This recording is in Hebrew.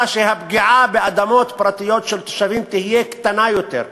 שהפגיעה באדמות פרטיות של תושבים תהיה קטנה יותר.